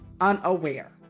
unaware